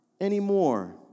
anymore